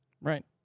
right